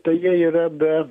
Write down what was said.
tai yra be